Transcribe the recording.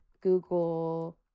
Google